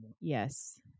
Yes